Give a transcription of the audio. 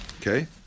Okay